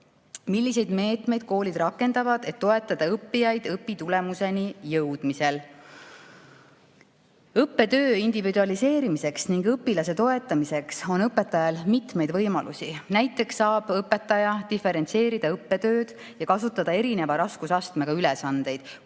"Milliseid meetmeid koolid rakendavad, et toetada õppijaid õpitulemuseni jõudmisel?" Õppetöö individualiseerimiseks ning õpilase toetamiseks on õpetajal mitmeid võimalusi. Näiteks saab õpetaja õppetööd diferentseerida ja kasutada erineva raskusastmega ülesandeid,